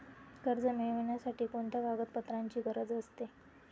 कर्ज मिळविण्यासाठी कोणत्या कागदपत्रांची गरज असते?